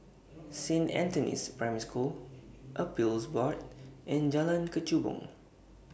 Saint Anthony's Primary School Appeals Board and Jalan Kechubong